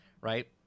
right